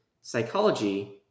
Psychology